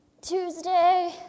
Tuesday